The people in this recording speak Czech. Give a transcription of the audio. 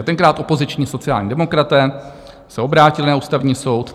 Tenkrát se opoziční sociální demokraté obrátili na Ústavní soud.